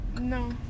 No